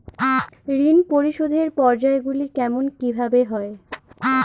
ঋণ পরিশোধের পর্যায়গুলি কেমন কিভাবে হয়?